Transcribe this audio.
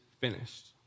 finished